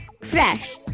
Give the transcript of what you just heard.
Fresh